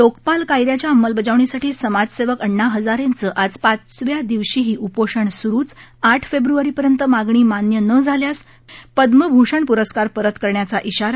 लोकपाल कायद्याच्या अंमलबजावणीसाठी समाजसेवक अण्णा हजारेंचं आज पाचव्या दिवशीही उपोषण सुरुच आठ फेब्रुवारी पर्यंत मागणी मान्य न झाल्यास पद्मभूषण पुरस्कार परत करण्याचा ध्वाारा